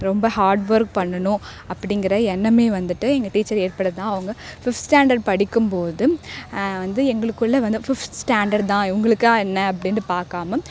ரொம்ப hard work பண்ணணும் அப்படிங்கற எண்ணமே வந்துட்டு எங்கள் டீச்சர் ஏற்படதான் அவங்க ஃபிஃப்த் ஸ்டாண்டர்ட் படிக்கும் போது வந்து எங்களுக்குள்ளே வந்து ஃபிஃப்த் ஸ்டாண்டர்ட் தான் இவங்களுக்கா என்ன அப்படின்ட்டு பார்க்காம